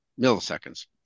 milliseconds